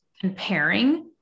comparing